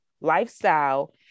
lifestyle